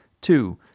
Two